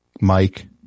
Mike